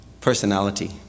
personality